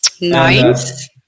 Nice